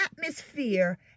atmosphere